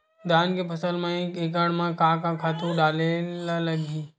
धान के फसल म एक एकड़ म का का खातु डारेल लगही?